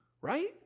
Right